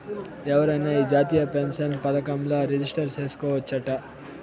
ఎవరైనా ఈ జాతీయ పెన్సన్ పదకంల రిజిస్టర్ చేసుకోవచ్చట